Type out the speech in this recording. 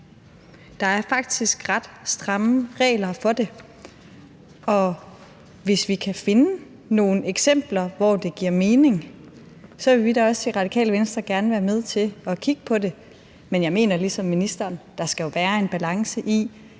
Der er faktisk ret stramme regler for det. Hvis vi kan finde nogle eksempler, hvor det giver mening, vil vi også i Radikale Venstre gerne være med til at kigge på det Men jeg mener ligesom ministeren, at der jo skal være en balance i,